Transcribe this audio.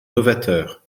novateur